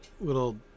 little